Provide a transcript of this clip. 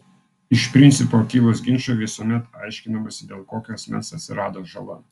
iš principo kilus ginčui visuomet aiškinamasi dėl kokio asmens atsirado žala